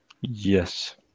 yes